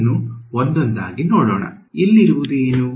ಅದನ್ನು ಒಂದೊಂದಾಗಿ ನೋಡೋಣ ಇಲ್ಲಿರುವುದು ಏನು